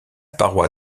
paroi